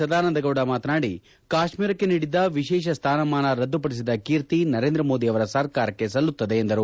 ಸದಾನಂದಗೌಡ ಮಾತನಾಡಿ ಕಾಶ್ಮೀರಕ್ಕೆ ನೀಡಿದ್ದ ವಿಶೇಷ ಸ್ಥಾನಮಾನ ರದ್ದುಪಡಿಸಿದ ಕೀರ್ತಿ ನರೇಂದ್ರ ಮೋದಿ ಅವರ ಸರ್ಕಾರಕ್ಕೆ ಸಲ್ಲುತ್ತದೆ ಎಂದರು